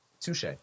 Touche